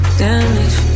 damage